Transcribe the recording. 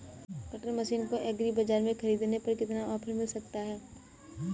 Cutter machine को agri बाजार से ख़रीदने पर कितना ऑफर मिल सकता है?